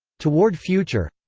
toward future.